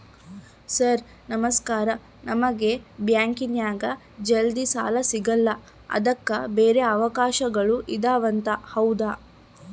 Sir ನಮಸ್ಕಾರ ನಮಗೆ ಬ್ಯಾಂಕಿನ್ಯಾಗ ಜಲ್ದಿ ಸಾಲ ಸಿಗಲ್ಲ ಅದಕ್ಕ ಬ್ಯಾರೆ ಅವಕಾಶಗಳು ಇದವಂತ ಹೌದಾ?